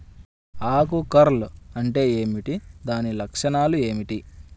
ఆకు కర్ల్ అంటే ఏమిటి? దాని లక్షణాలు ఏమిటి?